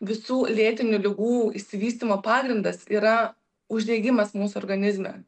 visų lėtinių ligų išsivystymo pagrindas yra uždegimas mūsų organizme